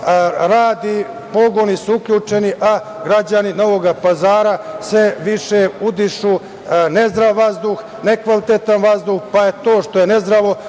radi, pogoni su uključeni, a građani Novog Pazara sve više udišu nezdrav vazduh, nekvalitetan vazduh pa je to što je nezdravo